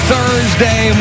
Thursday